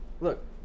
Look